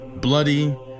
bloody